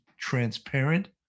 transparent